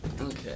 Okay